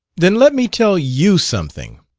then let me tell you something.